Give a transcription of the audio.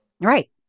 Right